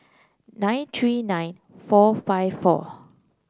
nine three nine four five four